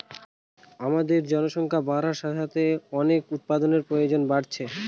আমাদের জনসংখ্যা বাড়ার সাথে সাথে অনেক উপাদানের প্রয়োজন বাড়ছে